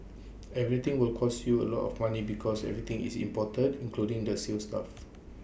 everything will cost you A lot of money because everything is imported including the sales staff